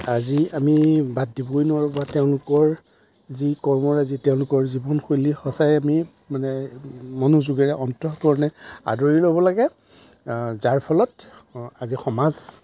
আজি আমি বাদ দিবই নোৱাৰোঁ বা তেওঁলোকৰ যি কৰ্মৰাজি তেওঁলোকৰ জীৱন শৈলী সঁচাই আমি মানে মনোযোগেৰে অন্তঃকৰণেৰে আদৰি ল'ব লাগে যাৰ ফলত আজি সমাজ